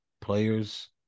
players